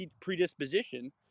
predisposition